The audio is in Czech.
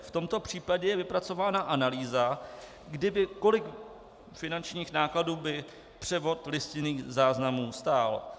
V tomto případě je vypracována analýza, kolik finančních nákladů by převod listinných záznamů stál.